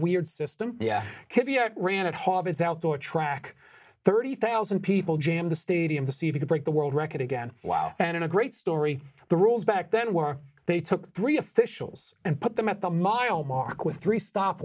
weird system ran at harvard's outdoor track thirty thousand people jammed the stadium to see if you could break the world record again wow and in a great story the rules back then were they took three officials and put them at the mile mark with three stop